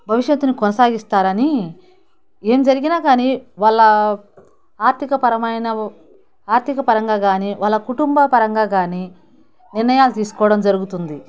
భవిష్యత్తుని కొనసాగిస్తారని ఏం జరిగిన కాని వాళ్ళ ఆర్థికపరమైన ఆర్థిక పరంగా కాని వాళ్ళ కుటుంబ పరంగా కాని నిర్ణయాలు తీసుకోవడం జరుగుతుంది